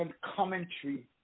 commentary